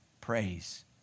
praise